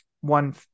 one